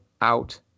out